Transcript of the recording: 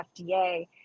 FDA